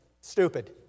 stupid